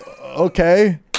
Okay